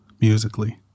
musically